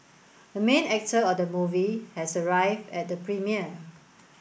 the main actor of the movie has arrived at the premiere